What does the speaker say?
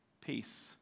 peace